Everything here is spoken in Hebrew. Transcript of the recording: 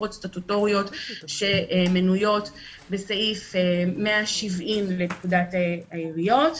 משרות סטטוטוריות שמנויות בסעיף 170(ב1) לפקודת העיריות.